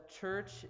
church